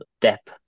depth